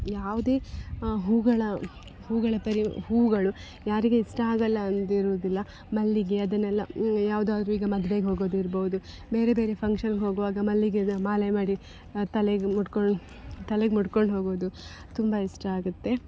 ಯಾವುದೇ ಹೂವುಗಳ ಹೂವುಗಳ ಪರಿ ಹೂವುಗಳು ಯಾರಿಗೆ ಇಷ್ಟ ಆಗಲ್ಲ ಅಂದಿರೋದಿಲ್ಲ ಮಲ್ಲಿಗೆ ಅದನ್ನೆಲ್ಲ ಯಾವ್ದಾದ್ರೂ ಈಗ ಮದ್ವೆಗೆ ಹೋಗೋದು ಇರ್ಬೋದು ಬೇರೆ ಬೇರೆ ಫಂಕ್ಷನ್ ಹೋಗುವಾಗ ಮಲ್ಲಿಗೆಯದು ಮಾಲೆ ಮಾಡಿ ತಲೇಗೆ ಮುಡ್ಕೊಳ್ಳೊ ತಲೇಗೆ ಮುಡ್ಕೊಂಡು ಹೋಗುವುದು ತುಂಬ ಇಷ್ಟ ಆಗುತ್ತೆ